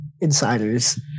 insiders